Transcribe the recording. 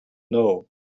know